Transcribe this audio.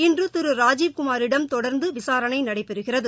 இன்று திரு ராஜீவ் குமாரிடம் தொடர்ந்து விசாரணை நடைபெறுகிறது